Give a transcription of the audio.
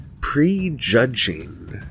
prejudging